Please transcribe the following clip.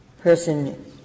person